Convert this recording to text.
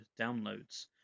downloads